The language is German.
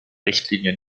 richtlinie